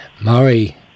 Murray